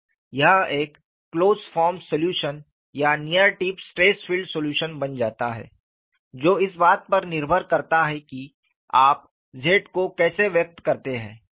यह एक closed form solution या near tip stress field solution बन जाता है जो इस बात पर निर्भर करता है कि आप Z को कैसे व्यक्त करते हैं